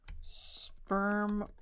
Sperm